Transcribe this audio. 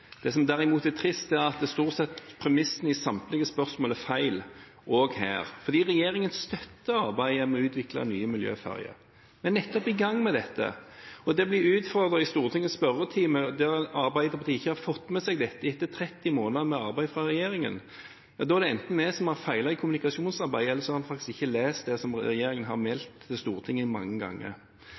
Det som derimot er trist, er at stort sett er premissene for samtlige spørsmål feil – også her. Regjeringen støtter arbeidet med å utvikle nye miljøferger, vi er nettopp i gang med dette. Det blir utfordret i Stortingets spørretime, og når Arbeiderpartiet ikke har fått med seg dette etter 30 måneder med arbeid av regjeringen, er det enten vi som har feilet i kommunikasjonsarbeidet, eller så har en faktisk ikke lest det som regjeringen har meldt til Stortinget mange ganger.